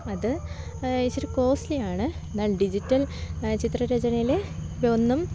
അത് ഇച്ചിരി കോസ്റ്റ്ലി ആണ് എന്നാൽ ഡിജിറ്റൽ ചിത്രരചനയിലെ ഇവ ഒന്നും